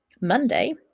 Monday